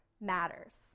matters